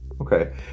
Okay